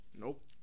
Nope